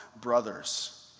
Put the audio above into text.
brothers